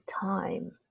time